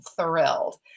thrilled